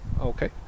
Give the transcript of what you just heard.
Okay